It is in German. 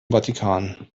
vatikan